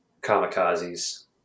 kamikazes